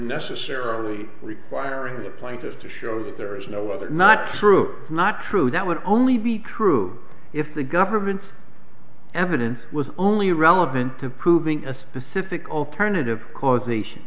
necessarily requiring the plaintiffs to show that there is no whether or not true not true that would only be true if the government's evidence was only relevant to proving a specific alternative causation